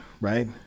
right